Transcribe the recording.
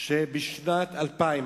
שבשנת 2000,